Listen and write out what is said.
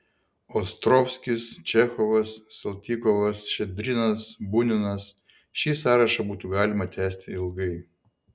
ostrovskis čechovas saltykovas ščedrinas buninas šį sąrašą būtų galima tęsti ilgai